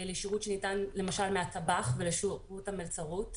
לשירות שניתן למשל מהטבח ולשירות המלצרות,